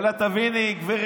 אלא תביני, גב'